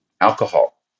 Alcohol